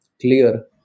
clear